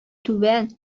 түбән